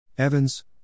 Evans